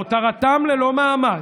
הותרתם ללא מעמד,